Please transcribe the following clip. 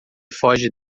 foge